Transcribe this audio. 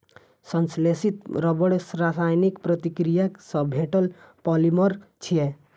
संश्लेषित रबड़ रासायनिक प्रतिक्रिया सं भेटल पॉलिमर छियै